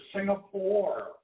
Singapore